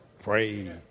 pray